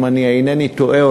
אם אינני טועה,